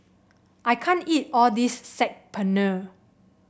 I can't eat all this Saag Paneer